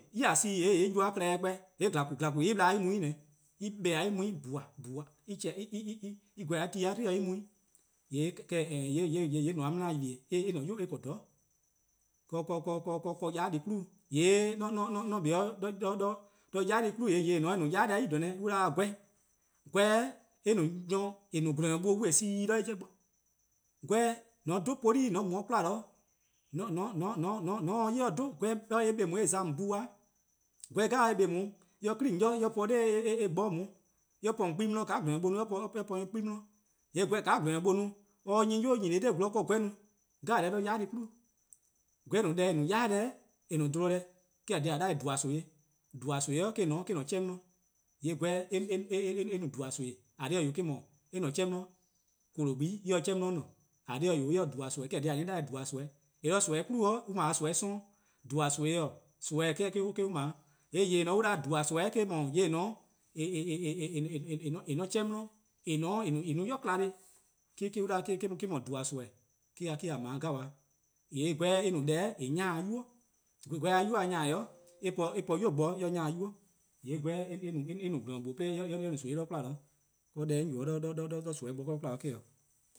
'Tior see :yee' :ylee:+-a klehkpeh :yee' glakun :glakun or ple or mu on :neh 'o, en kpa en mu :bhua' :bhua' en gweh 'de tu+-a 'dlu-dih en mu :ne 'o. :yee' :nobo-yor-eh 'mla-ken :ylee:-a 'nynuu: me-: 'ble 'toror' 'de yai' deh klu-'. :yee' :mor 'on 'kpa 'de yai' deh klu-' :yee' yai'-deh+-a :klaba' :ne :eh :ne-a 'de 'yi-deh+ 'klu-' an 'da-dih 'gweh, 'gweh eh no deh :eh no-a :gwlor-nyor dee see 'de eh 'jeh bo. 'Gweh, :mor :on 'dhu poli' :on mu 'kwla, :mor :on se-eh 'yli-eh 'dhu, 'gweh :mor :on se-eh 'yli-eh 'dhu eh mu :on 'bla eh 'ye :on bhu 'kwa :za. 'Gweh, eh 'bla :on 'weh eh 'kli on 'i eh po on 'de eh gboror, 'de eh po :on 'kpa+ 'di-dih :ka :gwlor-nyor-buo-a no-a or po-a :on 'kpa+ 'di-dih. :yee' :ka :gwlor-nyor-buo'-a no-a or 'nyi-a 'yu nyene :ka-: 'gweh-a no deh 'jeh 'de yai' deh nyne bo. 'Gweh no deh eh no 'yai deh 'de :eh no-a 'bluhbor: deh, eh-: :korn dhih :a 'da-dih-eh :dhuba:-nimi-eh. :dhuba:-eh :eh-: :ne 'chehn 'di, :yee' 'gweh eh no :dhuba: nimi-eh, deh no-eh eh :ne 'chehn 'di, :korlor:-gba or se 'chehn 'di :ne, deh no-eh en se 'chehn 'di :ne, eh-: :korn dhih :a-a' 'da-dih-ih :dhuba:-nimi. :yee' 'de nimi nyene bo, or 'ble :dhuba:-nimi-: 'dekorn: nimi-: me-: or 'ble, :yee' :yeh an 'da-a :dhuba:-nimi eh-: 'dhu :yeh :eh na-a 'chehn 'di-'. en :ne-a :en no 'yi kma-deh. me-: 'dhu :dhuba: :nimi-', me-: :a 'ble 'gabaa. :yee' 'gweh eh no deh :eh 'nya-dih-a 'nynuu'. 'Gweh-a 'nynuu-a nya-dih-eh, eh po yu goror 'de eh 'nya-dih 'yu. :yee' 'gweh eh no :gwlor-nyor-buo' 'de eh no nimi 'de 'kwla. :yee' deh 'on yubo-a 'i 'do nimi deh bo eh-: 'o